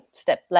step